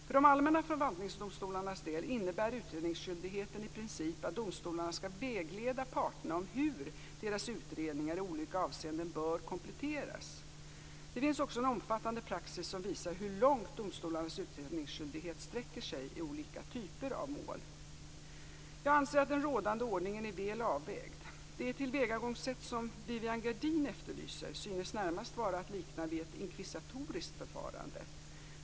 För de allmänna förvaltningsdomstolarnas del innebär utredningsskyldigheten i princip att domstolarna skall vägleda parterna om hur deras utredningar i olika avseenden bör kompletteras. Det finns också en omfattande praxis som visar hur långt domstolarnas utredningsskyldighet sträcker sig i olika typer av mål. Jag anser att den rådande ordningen är väl avvägd. Det tillvägagångssätt som Viviann Gerdin efterlyser synes närmast vara att likna vid ett inkvisitoriskt förfarande.